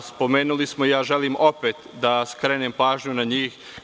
Spomenuli smo, želim opet da skrenem pažnju na njih.